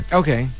okay